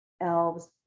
elves